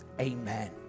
amen